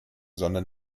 sondern